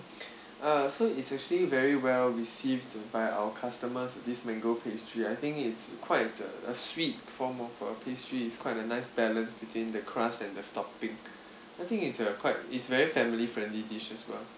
uh so it's actually very well received by our customers this mango pastry I think it's quite a sweet form of a pastry is quite a nice balance between the crust and the topping I think it's a quite it's very family friendly dish as well